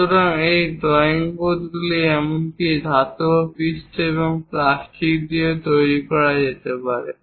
সুতরাং এই ড্রয়িং বোর্ডগুলি এমনকি ধাতব পৃষ্ঠ এবং প্লাস্টিক দিয়েও তৈরি করা যেতে পারে